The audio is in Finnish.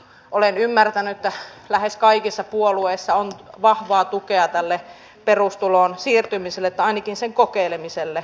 olen ymmärtänyt että lähes kaikissa puolueissa on vahvaa tukea tälle perustuloon siirtymiselle tai ainakin sen kokeilemiselle